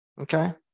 okay